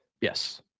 Yes